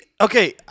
Okay